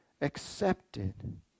accepted